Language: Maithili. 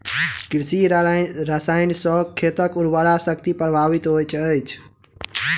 कृषि रसायन सॅ खेतक उर्वरा शक्ति प्रभावित होइत अछि